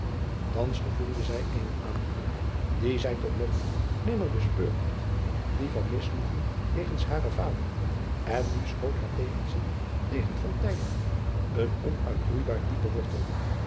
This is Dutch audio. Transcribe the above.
hans gevoelde zij eene aandoening die zij tot nog toe nimmer bespeurd had die van misnoegen jegens haren vader en nu schoot haar tegenzin tegen een onuitroeibaar diepen wortel